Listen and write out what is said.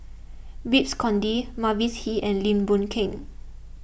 Babes Conde Mavis Hee and Lim Boon Keng